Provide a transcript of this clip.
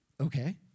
Okay